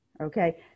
Okay